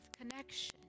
connection